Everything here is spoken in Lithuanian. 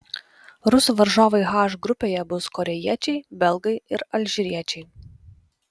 rusų varžovai h grupėje bus korėjiečiai belgai ir alžyriečiai